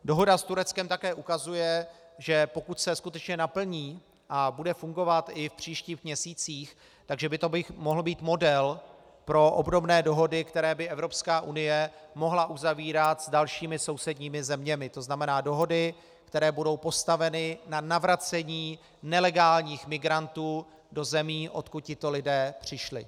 Dohoda s Tureckem také ukazuje, že pokud se skutečně naplní a bude fungovat i v příštích měsících, mohl by to být model pro obdobné dohody, které by Evropská unie mohla uzavírat s dalšími evropskými zeměmi, to znamená dohody, které budou postaveny na navracení nelegálních migrantů do zemí, odkud tito lidé přišli.